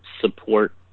support